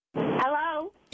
Hello